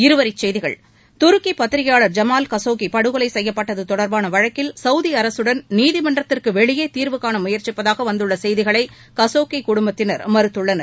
இருவரி செய்திகள் துருக்கி பத்திரிக்கையாளர் ஜமால் கசோகி படுகொலை செய்யப்பட்டது தொடர்பான வழக்கில் சவுதி அரசுடன் நீதிமன்றத்திற்கு வெளியே தீாவுகாண முயற்சிப்பதாக வந்துள்ள செய்திகளை கசோகி குடும்பத்தினர் மறுத்துள்ளனர்